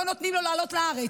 לא נותנים לו לעלות לארץ.